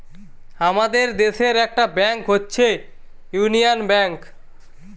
আমাদের দেশের একটা ব্যাংক হচ্ছে ইউনিয়ান ব্যাঙ্ক